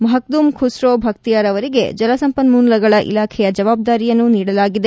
ಮಖದೂಮ್ ಖುಸ್ತೋ ಭಕ್ತಿಯಾರ್ ಅವರಿಗೆ ಜಲಸಂಪನ್ಮೂಲಗಳ ಇಲಾಖೆಯ ಜವಬ್ದಾರಿಯನ್ನು ನೀಡಲಾಗಿದೆ